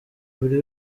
buri